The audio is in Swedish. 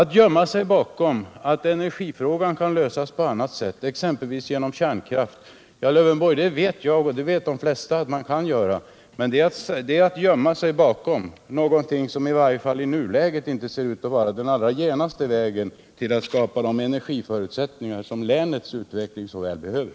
Att gömma sig bakom 93 talet om att energifrågan kan lösas på annat sätt, exempelvis genom kärnkraft — det vet jag, herr Lövenborg, och det vet de allra flesta att man kan göra — innebär att man hänvisar till någonting som i nuläget inte ser ut att vara den allra genaste vägen till att skaffa de energiförutsättningar som länets utveckling så väl behöver.